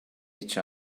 each